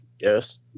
Yes